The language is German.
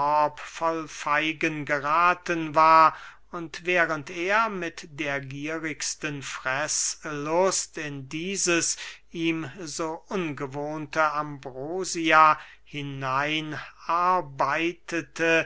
feigen gerathen war und während er mit der gierigsten freßlust in dieses ihm so ungewohnte ambrosia hineinarbeitete